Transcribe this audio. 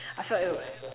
I felt it would